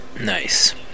Nice